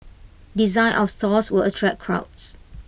design of stores will attract crowds